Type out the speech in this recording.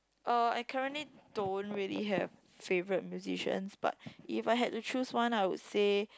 uh I currently don't really have favourite musicians but if I had to choose one I would say